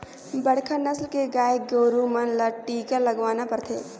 बड़खा नसल के गाय गोरु मन ल टीका लगाना परथे